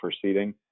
proceeding